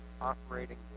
operating